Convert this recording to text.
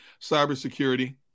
cybersecurity